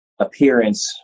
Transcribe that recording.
appearance